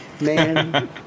man